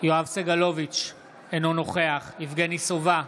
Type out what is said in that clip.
יואב סגלוביץ' אינו נוכח יבגני סובה,